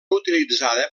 utilitzada